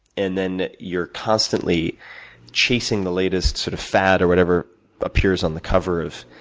and then, you're constantly chasing the latest sort of fad, or whatever appears on the cover of